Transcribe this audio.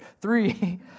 three